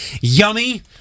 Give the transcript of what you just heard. Yummy